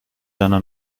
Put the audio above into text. deiner